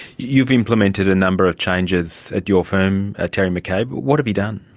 you've implemented a number of changes at your firm, ah terry mccabe what have you done?